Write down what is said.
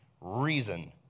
reason